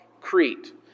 Crete